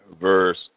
verse